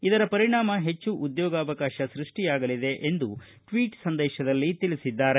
ಇದರ ಪರಿಣಾಮ ಹೆಚ್ಚು ಉದ್ಯೋಗಾವಕಾಶ ಸೃಷ್ಟಿಯಾಗಲಿದೆ ಎಂದು ಟ್ವೀಟ್ ಸಂದೇಶದಲ್ಲಿ ತಿಳಿಸಿದ್ದಾರೆ